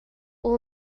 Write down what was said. all